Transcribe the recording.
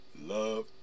love